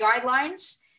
guidelines